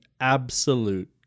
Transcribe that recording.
absolute